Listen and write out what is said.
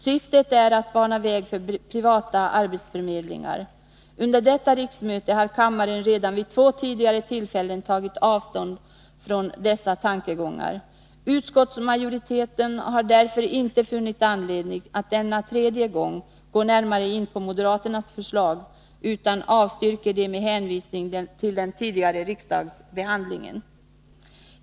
Syftet är att bana väg för privata arbetsförmedlingar. Under detta riksmöte har kammaren redan vid två tillfällen tidigare tagit avstånd från dessa tankegångar. Utskottsmajoriteten har därför inte funnit anledning att denna tredje gång gå närmare in på moderaternas förslag, utan avstyrker det med hänvisning till den tidigare riksdagsbehandlingen.